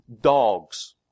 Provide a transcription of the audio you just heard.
dogs